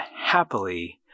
happily